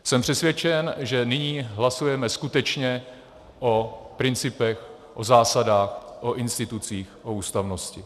Jsem přesvědčen, že nyní hlasujeme skutečně o principech, o zásadách, o institucích, o ústavnosti.